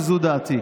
וזו דעתי.